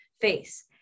face